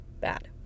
bad